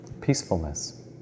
peacefulness